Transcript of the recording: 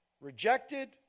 Rejected